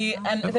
יש בזה היגיון.